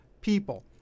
people